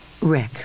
Rick